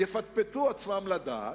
יפטפטו עצמם לדעת,